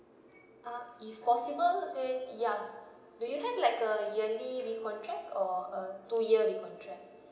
uh if possible mm ya do you have a yearly recontract or a two year recontract